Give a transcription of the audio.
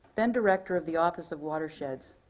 then director of the office of watersheds,